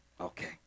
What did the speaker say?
Okay